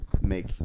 make